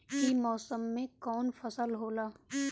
ई मौसम में कवन फसल होला?